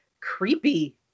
creepy